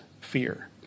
fear